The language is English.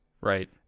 Right